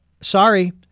sorry